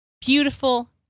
beautiful